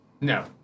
No